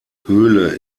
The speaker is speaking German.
höhle